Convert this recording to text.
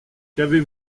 qu’avez